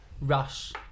rush